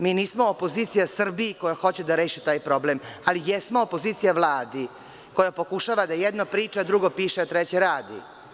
Mi nismo opozicija Srbiji koja hoće da reši taj problem, ali jesmo opozicija Vladi koja pokušava da jedno priča, drugo piše, a treće radi.